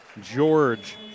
George